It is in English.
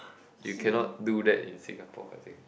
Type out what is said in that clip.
you cannot do that in Singapore I think